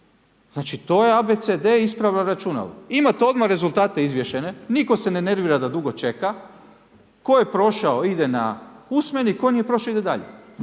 Znači to je a, b, c, d, ispravlja računalo. I imate odmah rezultate izvješene, nitko se ne nervira da dugo čeka. Tko je prošao ide na usmeni, tko nije prošao ide dalje.